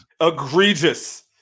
Egregious